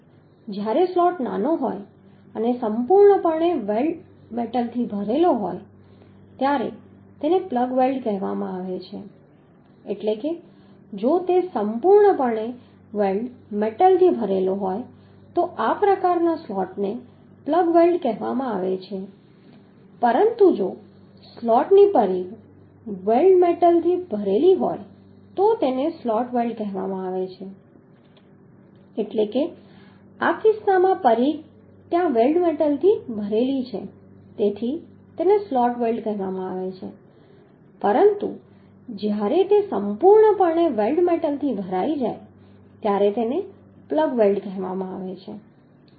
જ્યારે સ્લોટ નાનો હોય અને સંપૂર્ણપણે વેલ્ડ મેટલથી ભરેલો હોય ત્યારે તેને પ્લગ વેલ્ડ કહેવામાં આવે છે એટલે કે જો તે સંપૂર્ણપણે વેલ્ડ મેટલથી ભરેલો હોય તો આ પ્રકારના સ્લોટને પ્લગ વેલ્ડ કહેવામાં આવે છે પરંતુ જો સ્લોટની પરિઘ વેલ્ડ મેટલથી ભરેલી હોય તો તેને સ્લોટ વેલ્ડ કહેવામાં આવે છે એટલે કે આ કિસ્સામાં પરિઘ ત્યાં વેલ્ડ મેટલથી ભરેલી હોય છે તેથી તેને સ્લોટ વેલ્ડ કહેવામાં આવે છે પરંતુ જ્યારે તે સંપૂર્ણપણે વેલ્ડ મેટલથી ભરાઈ જાય છે ત્યારે તેને પ્લગ વેલ્ડ કહેવામાં આવે છે